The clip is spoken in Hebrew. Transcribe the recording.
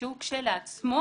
שהוא כשלעצמו